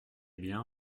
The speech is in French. bien